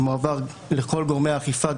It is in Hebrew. שמועבר לכל גורמי האכיפה,